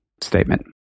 statement